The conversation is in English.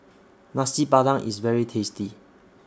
Nasi Padang IS very tasty